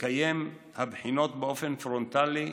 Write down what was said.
לקיים את הבחינות באופן פרונטלי,